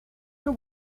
know